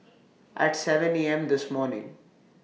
At seven A M This morning